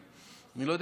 סילמן.